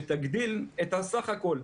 שגדיל את הסך הכול.